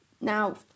Now